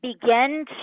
begin